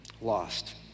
lost